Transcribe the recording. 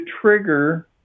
trigger